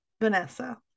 Vanessa